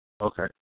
okay